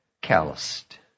calloused